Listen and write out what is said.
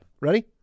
ready